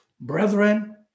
brethren